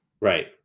Right